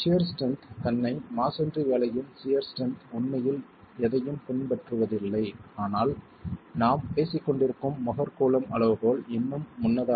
shear strength தன்னை masonry வேலையின் shear strength உண்மையில் எதையும் பின்பற்றுவதில்லை ஆனால் நாம் பேசிக்கொண்டிருக்கும் மொஹர் கூலம்ப் அளவுகோல் இன்னும் முன்னதாக